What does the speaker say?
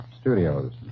Studios